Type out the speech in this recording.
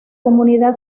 comunidad